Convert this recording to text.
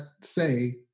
say